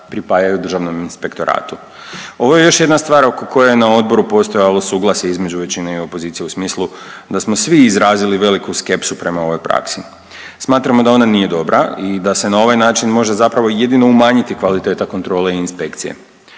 pripajaju Državnom inspektoratu. Ovo je još jedna stvar oko koje na Odboru postojalo suglasje između većine i opozicije u smislu da smo svi izrazili veliku skepsu prema ovoj praksi. Smatramo da ona nije dobra i da se na ovaj način može zapravo jedino umanjiti kvaliteta kontrole i inspekcije.